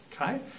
Okay